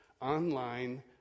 online